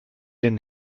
den